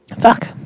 Fuck